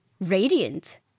radiant